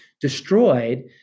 destroyed